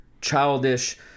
childish